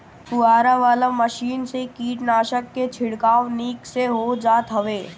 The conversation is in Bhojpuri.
फुहारा वाला मशीन से कीटनाशक के छिड़काव निक से हो जात हवे